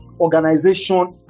organization